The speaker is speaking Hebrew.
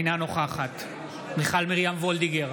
אינה נוכחת מיכל מרים וולדיגר,